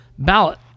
ballot